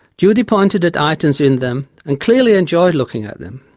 judy pointed at items in them and clearly enjoyed looking at them.